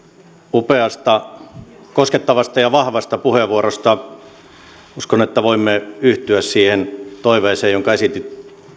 upeasta koskettavasta ja vahvasta puheenvuorosta uskon että voimme yhtyä siihen toiveeseen jonka esititte